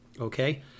Okay